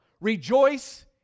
Rejoice